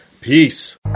peace